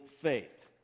faith